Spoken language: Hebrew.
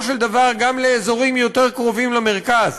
של דבר גם לאזורים יותר קרובים למרכז.